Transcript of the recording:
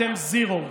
אתם זירו.